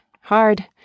Hard